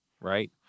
right